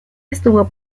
estuvo